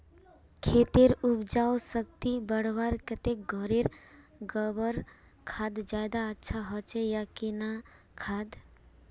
खेतेर उपजाऊ शक्ति बढ़वार केते घोरेर गबर खाद ज्यादा अच्छा होचे या किना खाद?